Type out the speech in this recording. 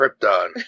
Krypton